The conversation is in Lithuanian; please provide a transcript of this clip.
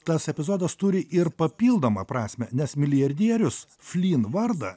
tas epizodas turi ir papildomą prasmę nes milijardierius flyn vardą